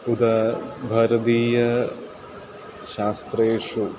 उत भारतीयशास्त्रेषु